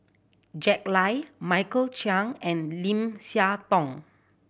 Jack Lai Michael Chiang and Lim Siah Tong